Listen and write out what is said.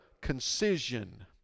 concision